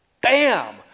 bam